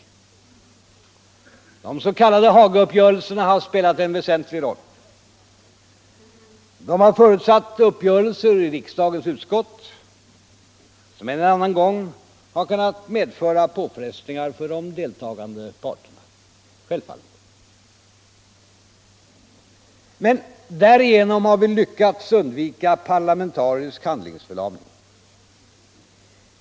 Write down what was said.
De s.k. Hagauppgörelserna har spelat en väsentlig roll. De har förutsatt uppgörelser i riksdagens utskott, vilka självfallet en eller annan gång har kunnat medföra påfrestningar för de deltagande parterna men genom vilka vi kunnat undvika parlamentarisk handlingsförlamning.